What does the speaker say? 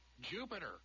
Jupiter